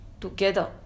together